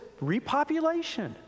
repopulation